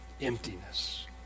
emptiness